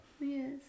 Yes